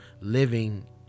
living